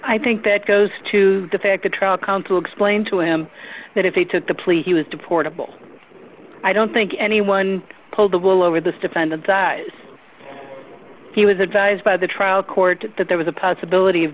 i think that goes to the fact the trial counsel explained to him that if he took the plea he was deportable i don't think anyone pull the wool over this defendant dies he was advised by the trial court that there was a possibility of